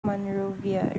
monrovia